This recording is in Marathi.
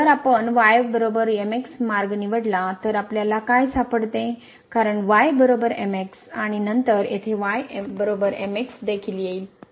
जर आपण y mxमार्ग निवडला तर तर आपल्याला काय सापडते कारण y mx आणि नंतर येथे y mx देखील आहे